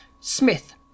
Smith